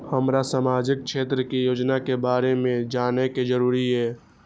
हमरा सामाजिक क्षेत्र के योजना के बारे में जानय के जरुरत ये?